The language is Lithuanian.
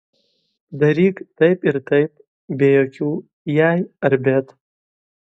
daryk taip ir taip be jokių jei ar bet